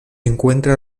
encuentra